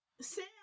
sam